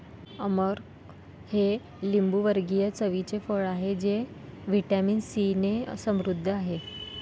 अमरख हे लिंबूवर्गीय चवीचे फळ आहे जे व्हिटॅमिन सीने समृद्ध आहे